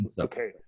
Okay